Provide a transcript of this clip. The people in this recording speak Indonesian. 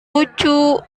lucu